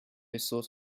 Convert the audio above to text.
sort